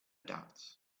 dots